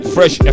Fresh